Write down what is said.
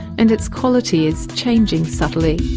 and its quality is changing subtly.